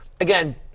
again